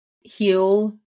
heal